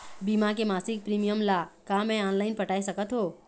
बीमा के मासिक प्रीमियम ला का मैं ऑनलाइन पटाए सकत हो?